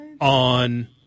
on –